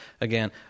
again